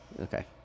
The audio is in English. Okay